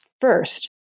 First